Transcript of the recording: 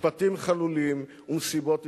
משפטים חלולים ומסיבות עיתונאים,